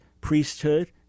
priesthood